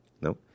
No